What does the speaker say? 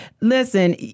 Listen